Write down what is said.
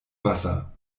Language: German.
wasser